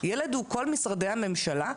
ילד הוא כל משרדי הממשלה,